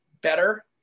Better